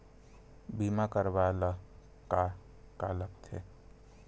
बीमा करवाय ला का का लगथे?